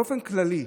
באופן כללי,